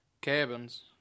cabins